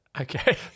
Okay